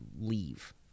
leave